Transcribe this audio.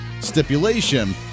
stipulation